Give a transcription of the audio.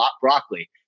broccoli